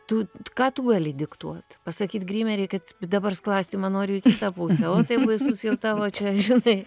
tu ką tu gali diktuot pasakyt grimerei kad dabar sklastymą noriu į kitą pusę o tai baisus jau tavo čia žinai